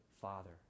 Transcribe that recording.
father